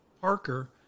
Parker